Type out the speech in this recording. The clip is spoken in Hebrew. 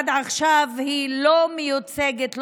עד עכשיו היא לא מיוצגת,